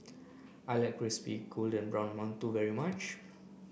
I like Crispy Golden Brown Mantou very much